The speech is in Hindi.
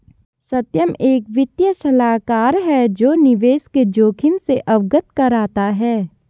सत्यम एक वित्तीय सलाहकार है जो निवेश के जोखिम से अवगत कराता है